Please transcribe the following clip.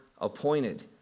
appointed